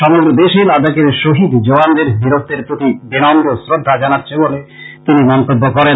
সমগ্র দেশ লাদাখের শহীদ জওয়ানদের বীরত্বের প্রতি বিনম্র শ্রদ্ধা জানাচ্ছে বলে তিনি মন্তব্য করেন